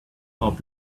off